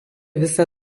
visą